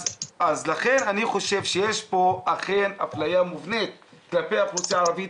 אז לכן אני חושב שיש פה אכן אפליה מובנית כלפי האוכלוסייה הערבית,